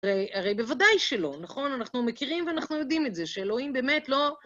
הרי בוודאי שלא, נכון? אנחנו מכירים ואנחנו יודעים את זה, שאלוהים באמת לא...